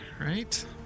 right